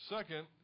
Second